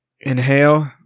Inhale